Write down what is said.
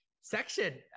section